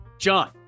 John